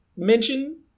Mention